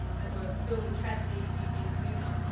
that were filled with tragedy, beauty, and humor.